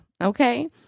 Okay